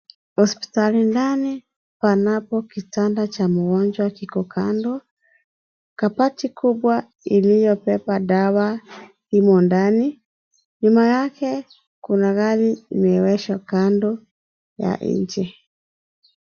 Hospitali ndani panapo kitanda cha mgonjwa kiko kando . Kabati kubwa iliyobeba dawa imo ndani . Nyuma yake kuna gari imeegeshwa kando ya nje.